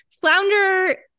flounder